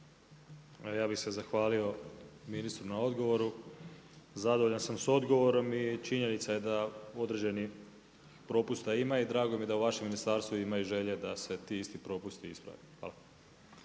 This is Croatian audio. Ja bi se zahvalio ministru na odgovoru, zadovoljan sam s odgovorom i činjenica je da određenih propusta ima i drago mi je da u vašem ministarstvu ima i želje da se ti isti propusti isprave. Hvala.